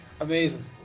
amazing